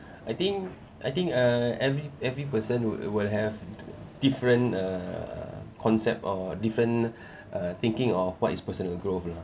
I think I think uh every every person would will have different err concepts or different uh thinking of what is personal growth